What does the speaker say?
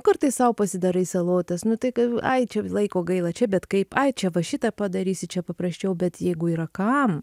kartais sau pasidarai salotas nu tai kai ai čia laiko gaila čia bet kaip ai čia va šitą padarysi čia paprasčiau bet jeigu yra kam